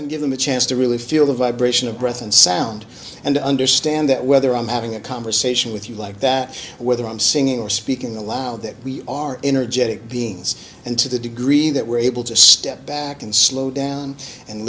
and give them a chance to really feel the vibration of breath and sound and understand that whether i'm having a conversation with you like that whether i'm singing or speaking aloud that we are energetic beings and to the degree that we're able to step back and slow down and